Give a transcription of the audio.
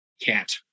Cat